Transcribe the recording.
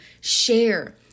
share